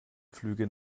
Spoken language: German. flüge